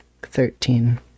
Thirteen